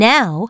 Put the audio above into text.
Now